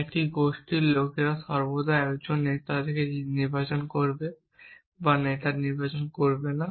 একটি গোষ্ঠীর লোকেরা সর্বদা একজন নেতা নির্বাচন করবে বা নেতা নির্বাচন করবে না